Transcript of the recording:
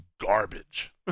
garbage